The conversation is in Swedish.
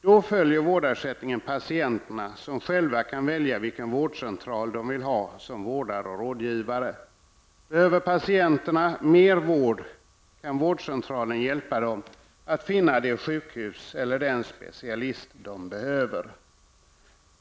Då följer vårdersättningen patienterna, som själva kan välja vilken vårdcentral de vill ha som vårdare och rådgivare. Behöver patienterna mer vård kan vårdcentralen hjälpa dem att finna det sjukhus eller den specialist de behöver.